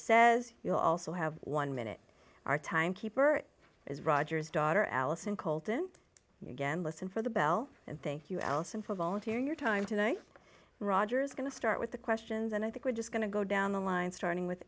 says you also have one minute our time keeper is roger's daughter allison colton again listen for the bell and thank you allison for volunteering your time today rogers going to start with the questions and i think we're just going to go down the line starting with